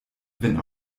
wenn